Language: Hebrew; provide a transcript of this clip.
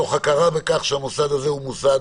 מתוך הכרה בכך שהמוסד הזה הוא מוסד